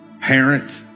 parent